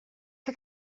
que